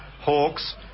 Hawks